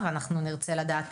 אנחנו רוצים להבין איך זה מתנהל,